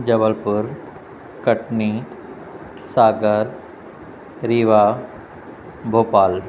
Jabalpur Katni Sagar Rewa Bhopal